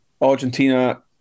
Argentina